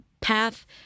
path